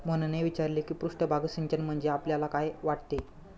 मोहनने विचारले की पृष्ठभाग सिंचन म्हणजे आपल्याला काय वाटते?